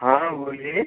हाँ बोलिए